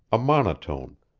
a monotone,